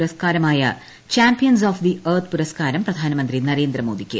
പൂരസ്കാരമായ champions of the Earth പുരസ്കാരം പ്രധാനമന്ത്രി നരേന്ദ്ര മോദിക്ക്